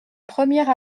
première